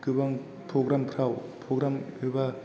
गोबां प्र'ग्राम फोराव एबा